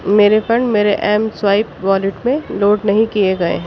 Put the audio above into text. میرے فنڈ میرے M swipe wallet میں لوڈ نہیں کیے گئے ہیں